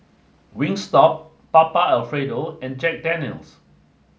Wingstop Papa Alfredo and Jack Daniel's